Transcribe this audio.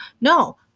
No